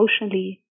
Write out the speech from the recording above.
emotionally